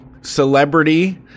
celebrity